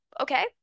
okay